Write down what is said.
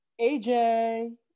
AJ